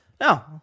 No